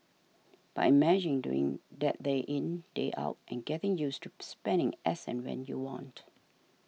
but imagine doing that day in day out and getting used to spending as and when you want